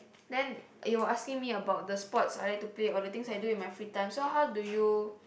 then you were asking me about the sports I like to play or the things I do in my free time so how do you